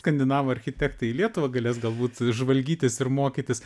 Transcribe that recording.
skandinavų architektai į lietuvą galės galbūt žvalgytis ir mokytis